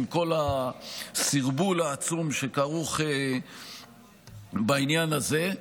עם כל הסרבול העצום שכרוך בעניין הזה.